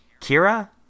Kira